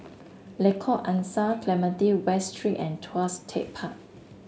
Lengkok Angsa Clementi West Street and Tuas Tech Park